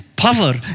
power